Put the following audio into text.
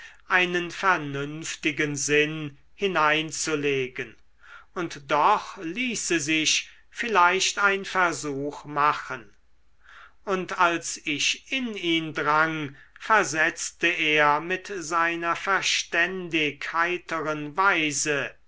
einen vernünftigen sinn hineinzulegen und doch ließe sich vielleicht ein versuch machen und als ich in ihn drang versetzte er mit seiner verständig heiteren weise